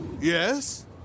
Yes